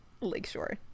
lakeshore